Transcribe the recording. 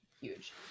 Huge